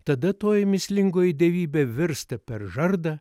tada toji mįslingoji dievybė virsta peržarda